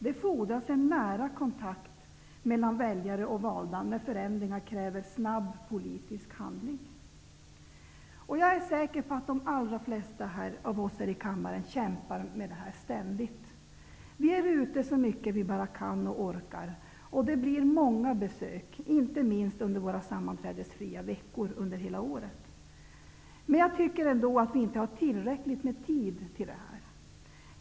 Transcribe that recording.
Det fordras en nära kontakt mellan väljare och valda när förändringar kräver snabb politisk handling. Jag är säker på att de allra flesta av oss här i kammaren kämpar med detta ständigt. Vi är ute så mycket vi bara kan och orkar, och det blir många besök, inte minst under våra sammanträdesfria veckor under hela året. Men jag tycker ändå att vi inte har tillräckligt med tid till detta.